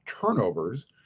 turnovers